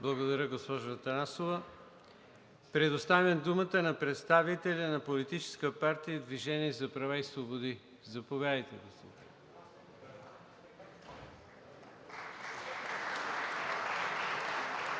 Благодаря, госпожо Атанасова. Предоставям думата на представителя на Политическа партия „Движение за права и свободи“. Заповядайте.